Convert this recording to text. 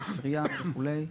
ספרייה וכו'.